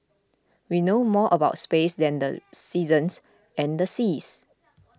we know more about space than the seasons and the seas